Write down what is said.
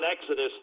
Exodus